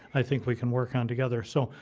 i think we can work on together. so,